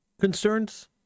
concerns